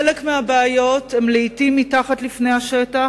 חלק מהבעיות הן לעתים מתחת לפני השטח,